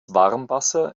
warmwasser